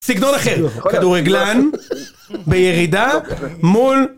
סגנון אחר, כדורגלן בירידה מול...